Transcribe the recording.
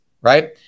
right